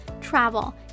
travel